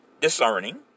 discerning